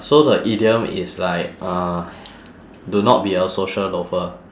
so the idiom is like uh do not be a social loafer